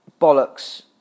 bollocks